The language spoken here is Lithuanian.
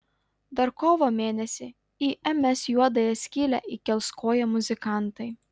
dar kovo mėnesį į ms juodąją salę įkels koją muzikantai